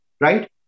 right